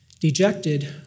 Dejected